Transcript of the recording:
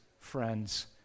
friends